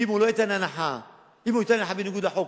אם הוא ייתן הנחה בניגוד לחוק,